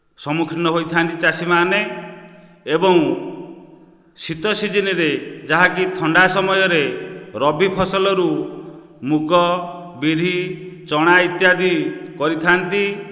ସମ୍ମୁଖୀନ ହୋଇଥାନ୍ତି ଚାଷୀମାନେ ଏବଂ ଶୀତ ସିଜିନରେ ଯାହାକି ଥଣ୍ଡା ସମୟରେ ରବି ଫସଲରୁ ମୁଗ ବିରି ଚଣା ଇତ୍ୟାଦି କରିଥାନ୍ତି